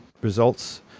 results